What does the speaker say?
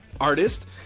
artist